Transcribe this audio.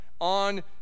on